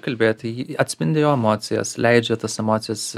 kalbėti atspindi jo emocijas leidžia tas emocijas